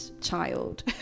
child